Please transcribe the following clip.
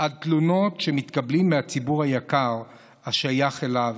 על תלונות שמתקבלות מהציבור היקר השייך אליו,